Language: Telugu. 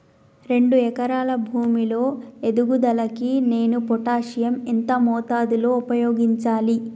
రెండు ఎకరాల భూమి లో ఎదుగుదలకి నేను పొటాషియం ఎంత మోతాదు లో ఉపయోగించాలి?